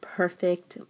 perfect